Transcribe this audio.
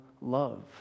love